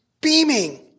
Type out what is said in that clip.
beaming